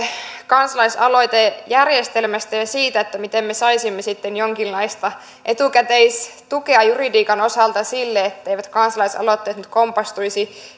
kansalaisaloitejärjestelmästä ja ja siitä miten me saisimme jonkinlaista etukäteistukea juridiikan osalta sille etteivät kansalaisaloitteet nyt kompastuisi